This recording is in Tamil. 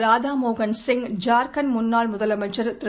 ராதாமோகன் சிங் ஜார்க்கண்ட் முன்னாள் முதலமைச்சர் திரு